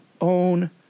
own